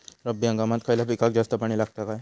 रब्बी हंगामात खयल्या पिकाक जास्त पाणी लागता काय?